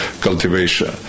cultivation